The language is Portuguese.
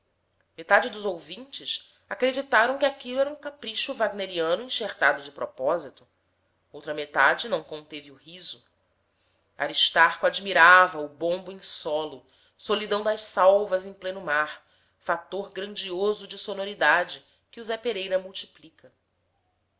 metade dos ouvintes acreditaram que aquilo era um capricho wagneriano enxertado de propósito outra metade não conteve o riso aristarco admirava o bombo em solo solidão das salvas em pleno mar fator grandioso de sonoridade que o zé pereira multiplica